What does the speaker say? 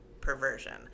perversion